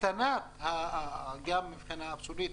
הקטנה גם מבחינה אבסולוטית